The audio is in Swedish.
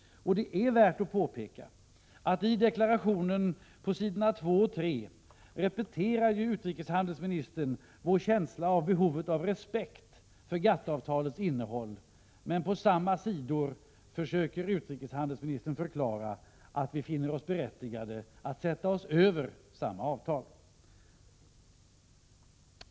Det är värt att påpeka att i deklarationen på s. 2 och 3 repeterar utrikeshandelsministern vår känsla av behovet av respekt för GATT-avtalets innehåll, men på samma sidor försöker utrikeshandelsministern förklara att vi finner oss berättigade att sätta oss över avtalet.